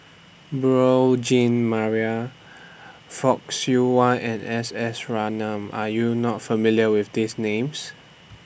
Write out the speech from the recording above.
Beurel Jean Marie Fock Siew Wah and S S Ratnam Are YOU not familiar with These Names